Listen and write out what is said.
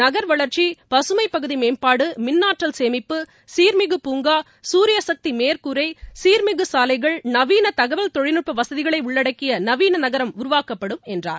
நகர்வளர்ச்சி பசுமைப் பகுதி மேம்பாடு மின்னாற்றல் சேமிப்பு சீர்மிகு பூங்கா சூரியசக்தி மேற்கூரை சீர்மிகு சாலைகள் நவீன தகவல் தொழில்நுட்ப வசதிகளை உள்ளடக்கிய நவீன நகரம் உருவாக்கப்படும் என்றார்